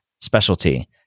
specialty